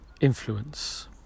influence